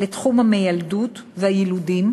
לתחום המיילדות והיילודים,